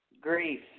grief